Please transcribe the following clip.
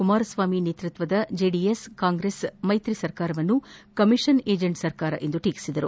ಕುಮಾರಸ್ವಾಮಿ ನೇತೃತ್ವದ ಜೆಡಿಎಸ್ ಕಾಂಗ್ರೆಸ್ ಮೈತ್ರಿ ಸರ್ಕಾರವನ್ನು ಕಮೀಷನ್ ಏಜೆಂಟ್ ಸರ್ಕಾರವೆಂದು ಟೀಕಿಸಿದರು